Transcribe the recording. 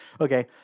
Okay